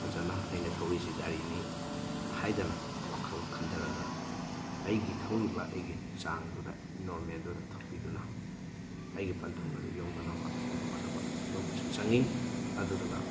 ꯐꯖꯅ ꯑꯩꯅ ꯊꯧꯔꯤꯁꯤ ꯒꯥꯔꯤꯅꯤ ꯍꯥꯏꯗꯅ ꯋꯥꯈꯜ ꯈꯟꯊꯔꯒ ꯑꯩꯒꯤ ꯊꯧꯔꯤꯕ ꯑꯩꯒꯤ ꯆꯥꯡꯗꯨꯗ ꯅꯣꯔꯃꯦꯜꯗꯨꯗ ꯊꯧꯕꯤꯗꯨꯅ ꯑꯩꯒꯤ ꯄꯟꯊꯨꯡ ꯑꯗꯨ ꯌꯧꯅꯅꯕ ꯑꯩ ꯍꯣꯠꯅꯕ ꯑꯗꯨꯃꯁꯨ ꯆꯪꯉꯤ ꯑꯗꯨꯗꯨꯒ